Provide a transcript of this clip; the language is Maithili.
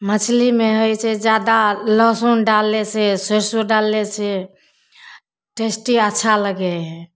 मछलीमे हइ छै जादा लहसुन डाललेसँ सरिसो डाललेसँ टेस्टी अच्छा लगय हइ